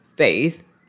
faith